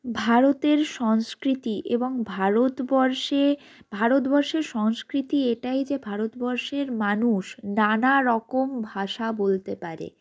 ভারতের সংস্কৃতি এবং ভারতবর্ষে ভারতবর্ষে সংস্কৃতি এটাই যে ভারতবর্ষের মানুষ নানারকম ভাষা বলতে পারে